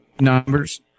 Numbers